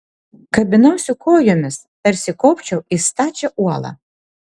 kabinausi kojomis tarsi kopčiau į stačią uolą